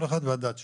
והדת שלו,